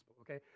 okay